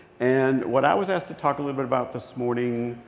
and what i was asked to talk a little bit about this morning,